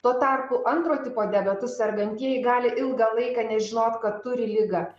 tuo tarpu antro tipo diabetu sergantieji gali ilgą laiką nežinot kad turi ligą